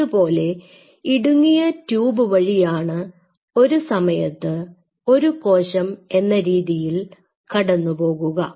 ഇതുപോലെ ഇടുങ്ങിയ ട്യൂബ് വഴിയാണ് ഒരു സമയത്ത് ഒരു കോശം എന്ന രീതിയിൽ കടന്നു പോകുക